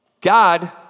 God